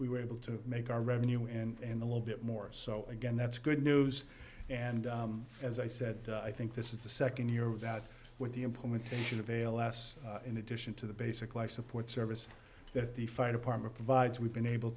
we were able to make our revenue and a little bit more so again that's good news and as i said i think this is the second year of that with the implementation of a last in addition to the basic life support service that the fire department provides we've been able